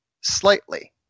slightly